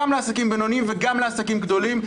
גם לעסקים בינוניים וגם לעסקים גדולים,